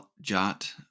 jot